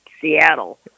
Seattle